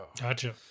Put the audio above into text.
Gotcha